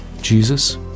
Jesus